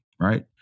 Right